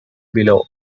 below